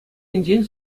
енчен